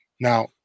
Now